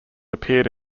appeared